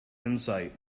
insight